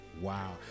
Wow